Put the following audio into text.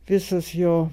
visas jo